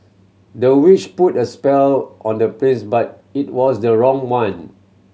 the witch put a spell on the prince but it was the wrong one